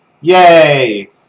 Yay